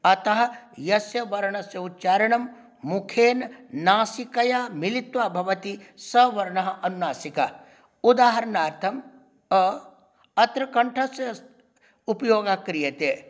अतः यस्य वर्णस्य उच्चारणं मुखेन नासिकया मिलित्वा भवति सः वर्णः अनुनासिकः उदाहरणार्थम् अ अत्र कण्ठस्य उपयोगः क्रियते